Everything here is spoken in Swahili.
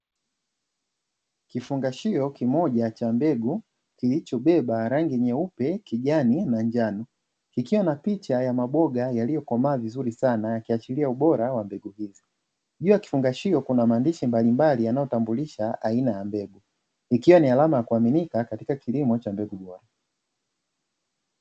Kifungashio kimoja cha mbegu kilichobeba rangi nyeupe, kijani na njano kikiwa na picha ya maboga yaliyokomaa vizuri sana, yakiashiria ubora wa mbegu hiyo. Juu ya kufangashio kuna maandishi mbalimbali yanayotambulisha aina ya mbegu, ikiwa ni alama ya kuaminika katika kilimo cha mbegu bora.